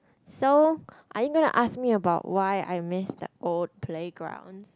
so are you gonna ask me about why I miss the old playgrounds